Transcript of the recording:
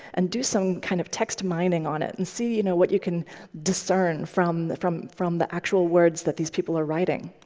and do some kind of text mining on it and see you know what you can discern from from the actual words that these people are writing.